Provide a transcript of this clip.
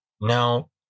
Now